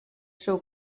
seu